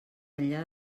enllà